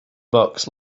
bucks